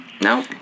no